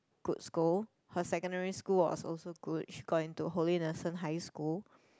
good school her secondary school was also good she got into Holy-Innocent high school